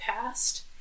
past